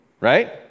right